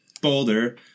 boulder